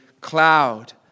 cloud